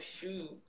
shoot